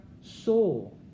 soul